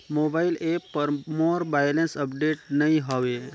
mobile app पर मोर balance update नई हवे